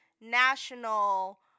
national